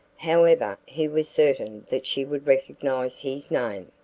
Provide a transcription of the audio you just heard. however, he was certain that she would recognize his name.